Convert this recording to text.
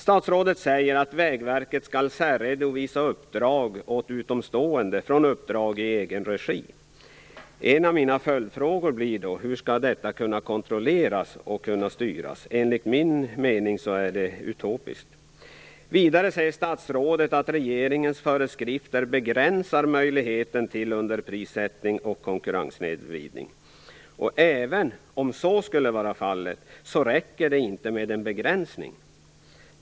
Statsrådet säger att Vägverket skall särredovisa uppdrag åt utomstående från uppdrag i egen regi. En av mina följdfrågor blir då: Hur skall detta kunna kontrolleras och kunna styras? Enligt min mening är det utopiskt. Vidare säger statsrådet att regeringens föreskrifter begränsar möjligheten till underprissättning och konkurrenssnedvridning. Även om så skulle vara fallet räcker det inte med begränsning.